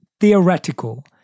theoretical